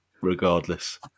regardless